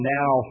now